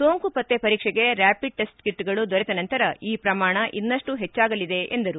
ಸೋಂಕುಪತ್ತೆ ಪರೀಕ್ಷೆಗೆ rapid test ಕಿಟ್ಗಳು ದೊರೆತ ನಂತರ ಈ ಪ್ರಮಾಣ ಇನ್ನಪ್ಟು ಹೆಚ್ಚಾಗಲಿದೆ ಎಂದರು